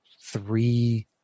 three